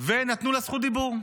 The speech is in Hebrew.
ונתנו לה זכות דיבור.